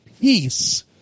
peace